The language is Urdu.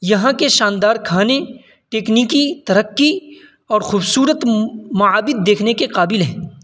یہاں کے شاندار کھانے ٹیکنیکی ترقی اور خوبصورت معابد دیکھنے کے قابل ہیں